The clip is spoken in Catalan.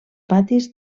patis